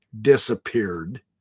disappeared